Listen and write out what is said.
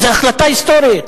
זה החלטה היסטורית.